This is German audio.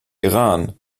iran